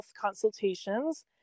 consultations